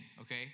okay